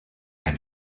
and